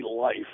life